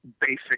basic